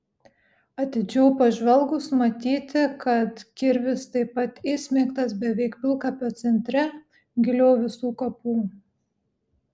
atidžiau pažvelgus matyti kad kirvis taip pat įsmeigtas beveik pilkapio centre giliau visų kapų